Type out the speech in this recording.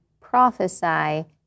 prophesy